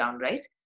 right